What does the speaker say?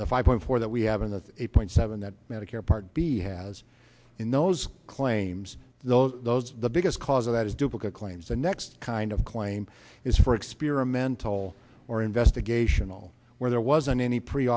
point four that we have in the eight point seven that medicare part b has in those claims those those the biggest cause of that is duplicate claims the next kind of claim is for experimental or investigation all where there wasn't any